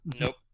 Nope